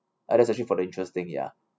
others actually for the interest thing ya